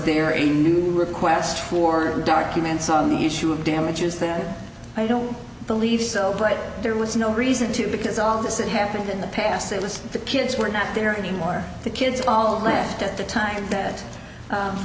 there a new request for documents on the issue of damages that i don't believe so but there was no reason to because all this it happened in the past it was the kids were not there anymore or the kids all left at the time that